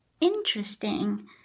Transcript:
interesting